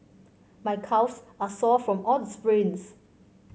my calves are sore from all the sprints